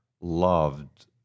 loved